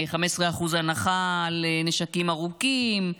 15% הנחה על נשקים ארוכים,